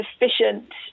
efficient